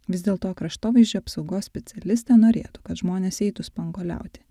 vis dėlto kraštovaizdžio apsaugos specialistė norėtų kad žmonės eitų spanguoliauti